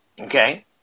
Okay